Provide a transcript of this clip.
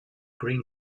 green